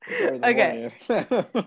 Okay